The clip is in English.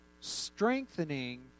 strengthening